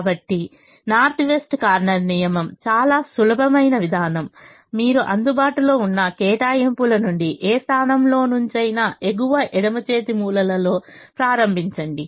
కాబట్టి north west corner నియమం చాలా సులభమైన విధానం మీరు అందుబాటులో ఉన్న కేటాయింపుల నుండి ఏ స్థానంలో నుంచైనా ఎగువ ఎడమ చేతి మూలలో ప్రారంభించండి